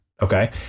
Okay